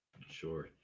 Sure